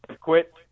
quit